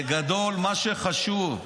בגדול, מה שחשוב,